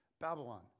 Babylon